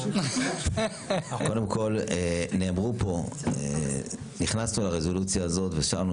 קודם כל נכנסנו לרזולוציה הזאת ושמנו